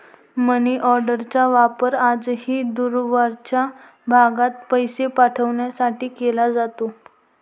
मनीऑर्डरचा वापर आजही दूरवरच्या भागात पैसे पाठवण्यासाठी केला जातो